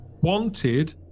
wanted